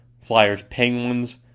Flyers-Penguins